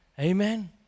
Amen